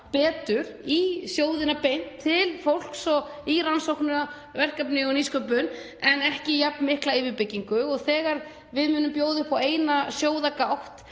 í sjóðina, beint til fólks og í rannsóknarverkefni og nýsköpun en ekki í jafn mikla yfirbyggingu. Og þegar við munum bjóða upp á eina sjóðagátt